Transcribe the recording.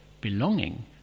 belonging